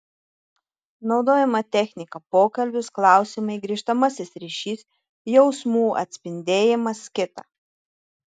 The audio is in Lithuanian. naudojama technika pokalbis klausimai grįžtamasis ryšys jausmų atspindėjimas kita